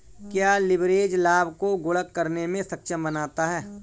क्या लिवरेज लाभ को गुणक करने में सक्षम बनाता है?